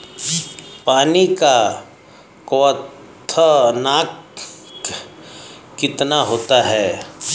पानी का क्वथनांक कितना होता है?